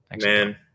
Man